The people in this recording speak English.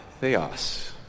Theos